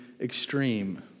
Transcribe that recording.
extreme